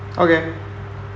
okay